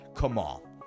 Kamal